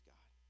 God